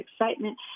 excitement